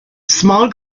small